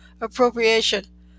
appropriation